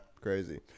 Crazy